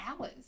hours